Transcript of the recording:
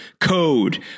code